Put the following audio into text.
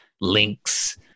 links